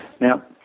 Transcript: Now